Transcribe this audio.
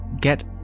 get